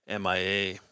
MIA